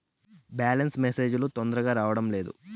Balance message లు తొందరగా రావడం లేదు?